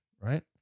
right